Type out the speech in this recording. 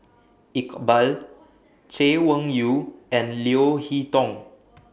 Iqbal Chay Weng Yew and Leo Hee Tong